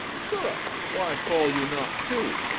sirrah, why fall you not to?